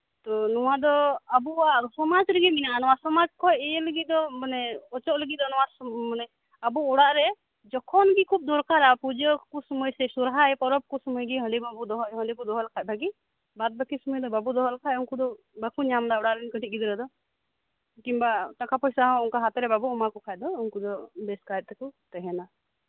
ᱱᱚᱣᱟ ᱫᱚ ᱟᱵᱚᱣᱟᱜ ᱥᱚᱢᱟᱡᱽ ᱨᱮᱜᱮ ᱢᱮᱱᱟᱜᱼᱟ ᱥᱚᱢᱟᱡᱽ ᱠᱷᱚᱡ ᱤᱭᱟᱹ ᱞᱟᱹᱜᱤᱫ ᱛᱮᱫᱚ ᱚᱪᱚᱜ ᱞᱟᱹᱜᱤᱫ ᱛᱮᱫᱚ ᱱᱚᱣᱟ ᱟᱵᱚ ᱚᱲᱟᱜ ᱨᱮ ᱡᱚᱠᱷᱚᱱ ᱜᱮᱠᱚ ᱫᱚᱨᱠᱟᱨᱼᱟ ᱯᱩᱡᱟᱹ ᱠᱚ ᱥᱚᱢᱚᱭ ᱥᱮ ᱥᱚᱨᱦᱟᱭ ᱯᱚᱨᱚᱵᱽ ᱠᱚ ᱥᱚᱢᱚᱭ ᱜᱮ ᱦᱟᱸᱹᱰᱤ ᱵᱚ ᱫᱚᱦᱚ ᱞᱮᱠᱷᱟᱡ ᱵᱷᱟᱜᱤ ᱵᱟᱫᱵᱟᱠᱤ ᱥᱚᱢᱚᱭ ᱵᱟᱠᱚ ᱫᱚᱦᱚ ᱞᱮᱠᱷᱟᱡ ᱩᱱᱠᱩ ᱫᱚ ᱵᱟᱠᱚ ᱧᱟᱢ ᱫᱟ ᱚᱲᱟᱜ ᱨᱮᱱ ᱠᱟᱹᱴᱤᱡ ᱜᱤᱫᱽᱨᱟᱹ ᱫᱚ ᱠᱤᱢᱵᱟ ᱴᱟᱠᱟ ᱯᱚᱭᱥᱟ ᱦᱚᱸ ᱦᱟᱛᱮ ᱨᱮ ᱵᱟᱵᱚ ᱮᱢᱟ ᱠᱚ ᱠᱷᱟᱡ ᱫᱚ ᱩᱱᱠᱩ ᱫᱚ ᱵᱮᱥ ᱠᱟᱭ ᱛᱮᱠᱚ ᱛᱟᱸᱦᱮᱱᱟ